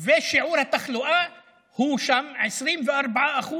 ושיעור התחלואה שם הוא 24%,